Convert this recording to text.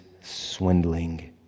swindling